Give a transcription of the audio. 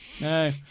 No